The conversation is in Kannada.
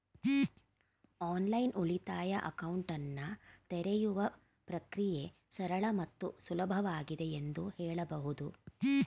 ಆನ್ಲೈನ್ ಉಳಿತಾಯ ಅಕೌಂಟನ್ನ ತೆರೆಯುವ ಪ್ರಕ್ರಿಯೆ ಸರಳ ಮತ್ತು ಸುಲಭವಾಗಿದೆ ಎಂದು ಹೇಳಬಹುದು